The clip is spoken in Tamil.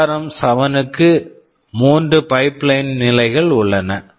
எஆர்ம் ARM 7 க்கு 3 பைப்லைன் pipeline நிலைகள் உள்ளன